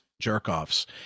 jerk-offs